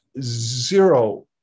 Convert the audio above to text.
zero